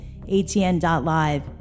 ATN.live